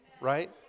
right